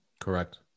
Correct